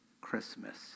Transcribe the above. Christmas